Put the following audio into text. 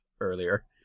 earlier